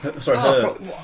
Sorry